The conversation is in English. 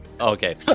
okay